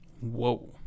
Whoa